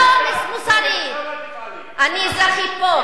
מסוריה תפעלי.